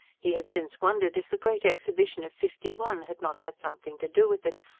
he had since wondered if the great exhibition of fifty one had not had something to do with it,